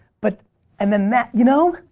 but and then that. you know,